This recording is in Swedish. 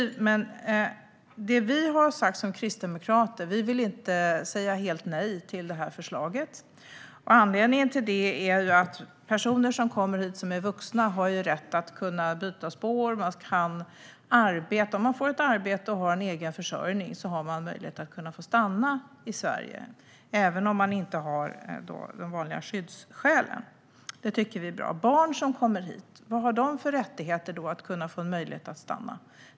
Vi kristdemokrater har sagt att vi inte vill säga helt nej till detta förslag. Anledningen till detta är att vuxna personer som kommer hit har rätt att kunna byta spår. Om man får ett arbete och har egen försörjning har man möjlighet att få stanna i Sverige även om man inte har de vanliga skyddsskälen. Det tycker vi är bra. Vad har barn som kommer hit för rättigheter och möjligheter att få stanna?